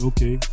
Okay